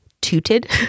tooted